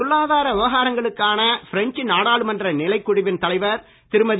பொருளாதார விவகாரங்களுக்கான பிரெஞ்ச் நாடாளுமன்ற நிலைக்குழுவின் தலைவர் திருமதி